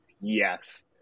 Yes